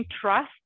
trust